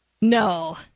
no